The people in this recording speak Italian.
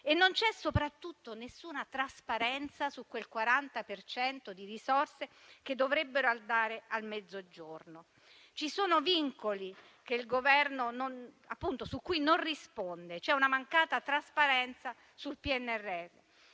non c'è nessuna trasparenza su quel 40 per cento di risorse che dovrebbero andare al Mezzogiorno. Ci sono vincoli su cui il Governo non risponde. C'è una mancata trasparenza sul PNRR.